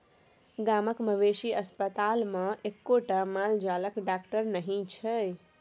गामक मवेशी अस्पतालमे एक्कोटा माल जालक डाकटर नहि छै